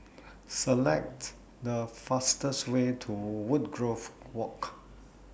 Select The fastest Way to Woodgrove Walk